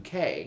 UK